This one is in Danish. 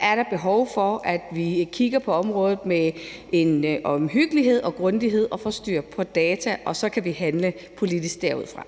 er der behov for, at vi kigger på området med en omhyggelighed og grundighed og får styr på data, og så kan vi handle politisk derudfra.